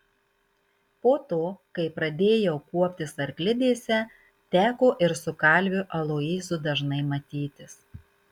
po to kai pradėjau kuoptis arklidėse teko ir su kalviu aloyzu dažnai matytis